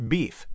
Beef